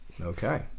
Okay